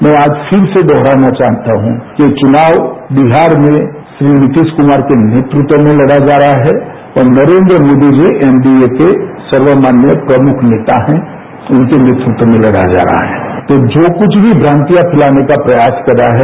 मैं आज फिर से दोहराना चाहता हूँ कि चुनाव बिहार में श्री नीतीश कुमार के नेतृत्व में लड़ा जा रहा है और नरेन्द्र मोदी जी एनडीए के सर्वमान्य प्रमुख नेता हैं उनके नेतृत्व में लड़ा जा रहा है तो जो कुछ भी भ्रांतियां फैलाने का प्रयास कर रहा है